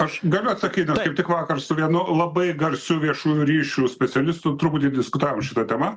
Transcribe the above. aš galiu atsakyti taipkaip tik vakar su vienu labai garsiu viešųjų ryšių specialistu truputį diskutavom šita tema